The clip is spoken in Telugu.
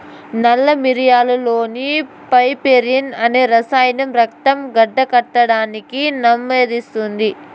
నల్ల మిరియాలులోని పైపెరిన్ అనే రసాయనం రక్తం గడ్డకట్టడాన్ని నెమ్మదిస్తుంది